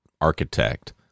architect